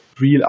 real